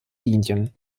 linien